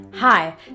Hi